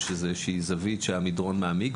יש איזו שהיא זווית שבה המדרון מעמיק.